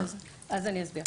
אז אני אסביר.